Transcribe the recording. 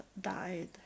died